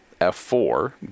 f4